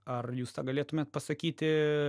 ar jūs tą galėtumėt pasakyti